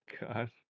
god